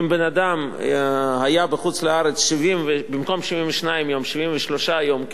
אם בן-אדם היה בחוץ-לארץ במקום 72 יום 73 יום,